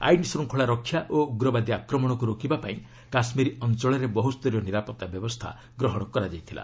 ଆଇନ ଶ୍ରୁଙ୍ଗଳା ରକ୍ଷା ଓ ଉଗ୍ରବାଦୀ ଆକ୍ରମଣକୁ ରୋକିବାପାଇଁ କାଶ୍ମୀର ଅଞ୍ଚଳରେ ବହୁସ୍ତରୀୟ ନିରାପତ୍ତା ବ୍ୟବସ୍ଥା ଗ୍ରହଣ କରାଯାଇଥିଲା